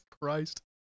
Christ